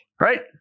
Right